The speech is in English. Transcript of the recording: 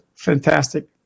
fantastic